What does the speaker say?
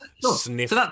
sniff